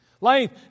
Life